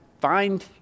find